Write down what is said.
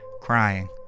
crying